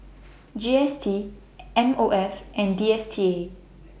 G S T M O F and D S T A